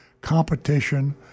Competition